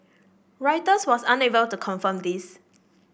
Reuters was unable to confirm this